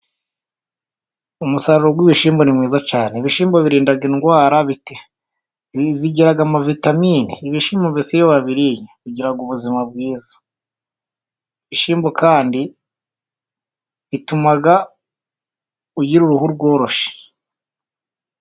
Umusaruro w'ibishyimbo ni mwiza cyane, ibishyimbo birinda indwara, bigira amavitamini, ibishyimbo mbese iyo wabiriye, ugira ubuzima bwiza. Ibishyimbo kandi, bituma ugira ugira uruhu rworoshye.